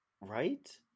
Right